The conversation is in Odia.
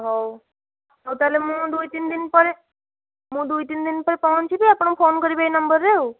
ହଉ ହଉ ତା'ହେଲେ ମୁଁ ଦୁଇ ତିନିଦିନ ପରେ ମୁଁ ଦୁଇ ତିନିଦିନ ପରେ ପହଞ୍ଚିବି ଆପଣଙ୍କୁ ଫୋନ୍ କରିବି ଏହି ନମ୍ବରରେ ଆଉ